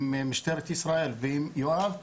משטרת ישראל ועם יואב,